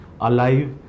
alive